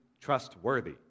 trustworthy